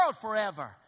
forever